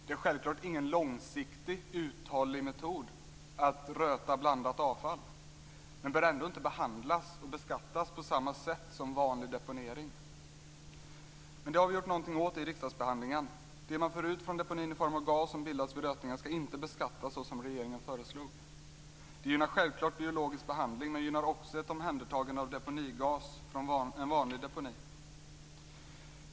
Det är självklart ingen långsiktig uthållig metod att röta blandat avfall, men bör det ändå inte behandlas och beskattas på samma sätt som vanlig deponering? Det har vi gjort någonting åt i riksdagsbehandlingen. Det man får ut från deponin i form av gas som bildats vi rötningen skall inte beskattas såsom regeringen föreslog. Det gynnar självfallet biologisk behandling, och det gynnar också ett omhändertagande av deponigas från en vanlig deponi.